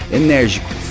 enérgico